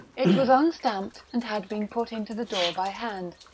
it was unstamped, and had been put into the door by hand.